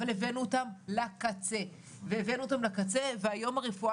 אבל הבאנו אותם לקצה והיום הרפואה